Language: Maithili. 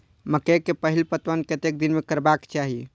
मकेय के पहिल पटवन कतेक दिन में करबाक चाही?